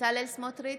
בצלאל סמוטריץ'